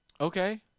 Okay